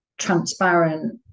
Transparent